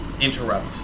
interrupt